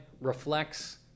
reflects